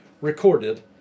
recorded